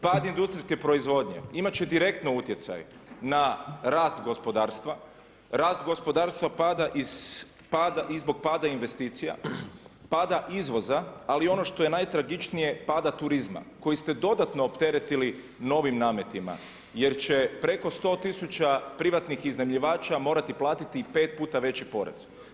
Pad industrijske proizvodnje imat će direktno utjecaj na rast gospodarstva, rast gospodarstva pada i zbog pada investicija, pada izvoza ali ono što je najtragičnije, pada turizma koji ste dodatno opteretili novim nametima, jer će preko 100.000 privatnih iznajmljivača morati platiti 5 puta veći porez.